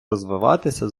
розвиватися